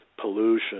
pollution